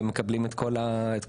הם מקבלים את כל המידע.